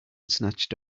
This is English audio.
snatched